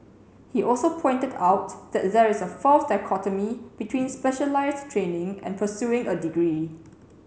he also pointed out that there is a false dichotomy between specialized training and pursuing a degree